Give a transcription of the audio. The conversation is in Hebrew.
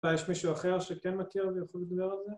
‫אולי יש מישהו אחר שכן מכיר ‫ויכול לדבר על זה?